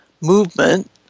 movement